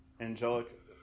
angelic